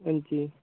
हां जी